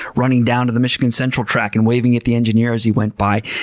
running down to the michigan central track and waving at the engineer as he went by.